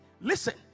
listen